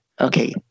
Okay